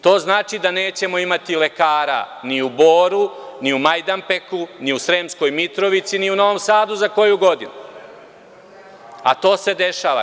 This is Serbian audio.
To znači da nećemo imati lekara ni u Boru, ni u Majdanpeku, ni u Sremskoj Mitrovici, ni u Novom Sadu za koju godinu, a to se dešava.